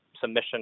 submission